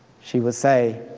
she would say,